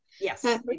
yes